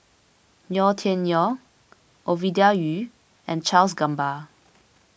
Yau Tian Yau Ovidia Yu and Charles Gamba